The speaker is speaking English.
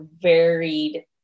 varied